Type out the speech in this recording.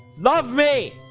love me